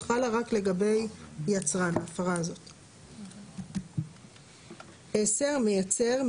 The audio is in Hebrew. יצרן 10. מייצר,